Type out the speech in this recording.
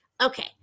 Okay